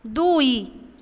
ଦୁଇ